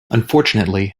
unfortunately